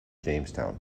jamestown